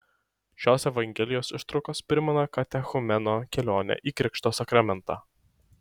šios evangelijos ištraukos primena katechumeno kelionę į krikšto sakramentą